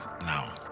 now